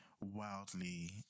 wildly